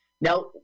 Now